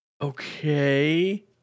Okay